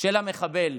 של המחבל.